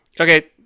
Okay